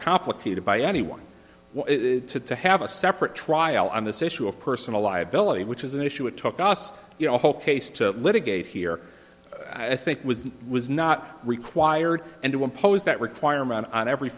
complicated by anyone to to have a separate trial on this issue of personal liability which is an issue at took us you know a whole case to litigate here i think with was not required and to impose that requirement on every